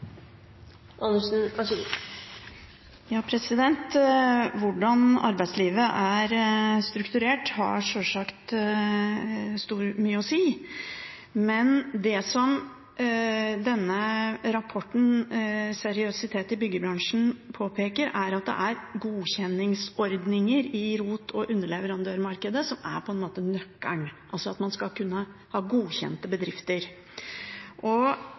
strukturert, har sjølsagt mye å si, men det som denne rapporten, «Seriøsitet i byggebransjen», påpeker, er at det er godkjenningsordninger i ROT- og underleverandørmarkedet som på en måte er nøkkelen, altså at man skal kunne ha godkjente bedrifter.